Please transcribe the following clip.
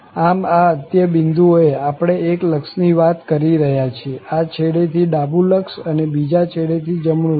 આમ આ અંત્યબિંદુઓ એ આપણે એક લક્ષની વાત કરી રહ્યા છીએ આ છેડે થી ડાબું લક્ષ અને બીજા છેડે થી જમણું લક્ષ